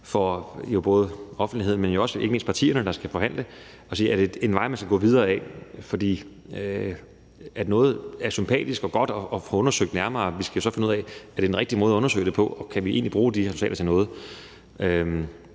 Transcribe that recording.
for både offentligheden, men ikke mindst for partierne, der skal forhandle det, at se på, om det er en vej, man skal gå videre ad. For det, at noget er godt og sympatisk at få undersøgt nærmere, betyder jo også, at vi skal finde ud af, om det er den rigtige måde at undersøge det på, og om vi egentlig kan bruge de resultater til noget.